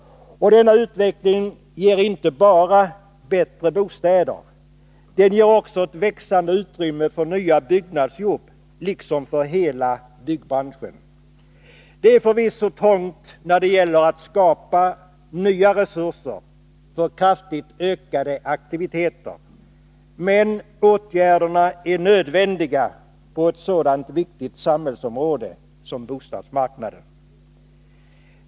Denna utveckling ger inte bara bättre bostäder. Den ger också ett växande utrymme för nya jobb, liksom för hela byggbranschen. Det är förvisso trångt när det gäller att skapa nya resurser för kraftigt ökade aktiviteter. Men åtgärderna är nödvändiga på ett sådant viktigt samhällsområde som bostadsmarknaden.